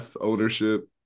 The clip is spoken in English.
ownership